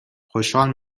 خوشحال